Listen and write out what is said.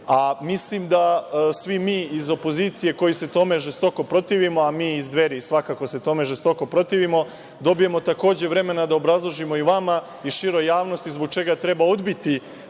itd. Mislim da svi mi iz opozicije koji se tome žestoko protivimo, a mi iz Dveri, svakako se tome žestoko protivimo, dobijemo takođe vremena da obrazložimo i vama i široj javnosti, zbog čega treba odbiti